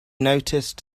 noticed